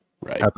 Right